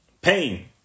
pain